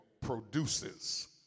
produces